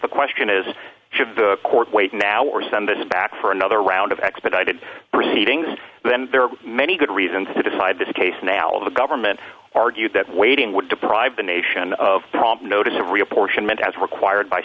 the question is should the court wait now or send it back for another round of expedited proceedings then there are many good reasons to decide this case now the government argued that waiting would deprive the nation of prompt notice of reapportionment as required by